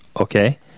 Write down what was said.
Okay